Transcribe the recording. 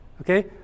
Okay